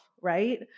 Right